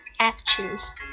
actions